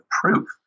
proof